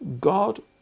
God